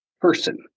person